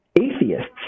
atheists